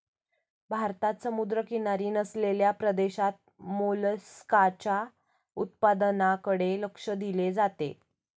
भारतात समुद्रकिनारी नसलेल्या प्रदेशात मोलस्काच्या उत्पादनाकडे लक्ष दिले जाते